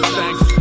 thanks